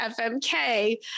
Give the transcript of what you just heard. FMK